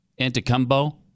Anticumbo